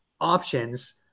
options